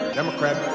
Democrat